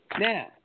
Now